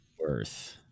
worth